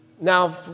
Now